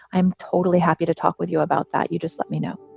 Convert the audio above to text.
i'm totally happy to talk with you about that. you just let me know